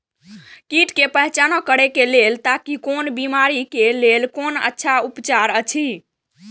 कीट के पहचान करे के लेल ताकि कोन बिमारी के लेल कोन अच्छा उपचार अछि?